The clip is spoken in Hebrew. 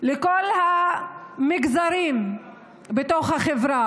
לכל המגזרים בחברה.